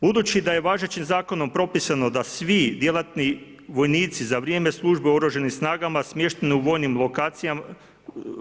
Budući da je važećim zakonom propisano da svi djelatni vojnici za vrijeme službe u Oružanim snagama smještenim u vojnim lokacijama